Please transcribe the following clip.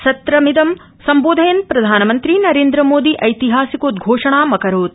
सत्रमिद सम्बोधयन प्रधानमन्त्री नरेन्द्रमोदी ऐतिहासिकोद्वोषणामकरोत्